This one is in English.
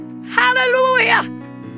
Hallelujah